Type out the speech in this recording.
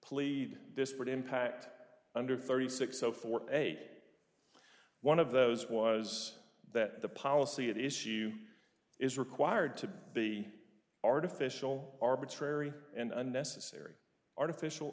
plead disparate impact under thirty six zero four eight one of those was that the policy issue is required to be artificial arbitrary and unnecessary artificial